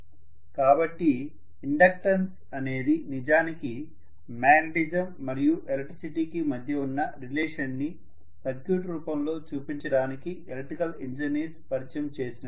కాబట్టి ఇండక్టన్స్ అనేది నిజానికి మాగ్నెటిజం మరియు ఎలక్ట్రిసిటీకి మధ్య ఉన్న రిలేషన్ ని సర్క్యూట్ రూపం లో చూపించడానికి ఎలక్ట్రికల్ ఇంజనీర్స్ పరిచయం చేసినది